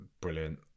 brilliant